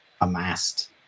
amassed